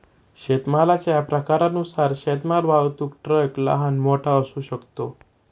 शेतमालाच्या प्रकारानुसार शेतमाल वाहतूक ट्रक लहान, मोठा असू शकतो